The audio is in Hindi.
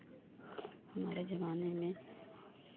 हमारे ज़माने में